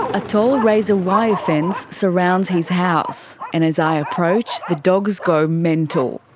a tall razor-wire fence surrounds his house, and as i approach, the dogs go mental.